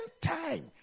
time